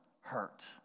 hurt